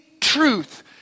truth